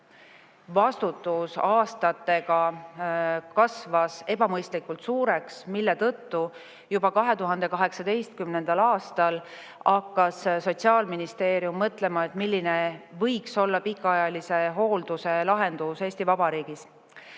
vastutus aastatega kasvas ebamõistlikult suureks, mille tõttu juba 2018. aastal hakkas Sotsiaalministeerium mõtlema, milline võiks olla pikaajalise hoolduse lahendus Eesti Vabariigis.